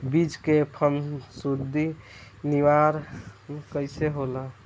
बीज के फफूंदी निवारण कईसे होला?